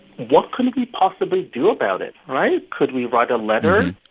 what can we possibly do about it, right? could we write a letter,